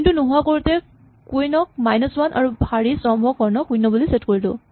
queen টো নোহোৱা কৰোতে কুইন ক মাইনাচ ৱান আৰু শাৰী স্তম্ভ কৰ্ণক শূণ্য বুলি ছেট কৰিলো